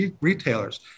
retailers